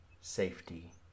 safety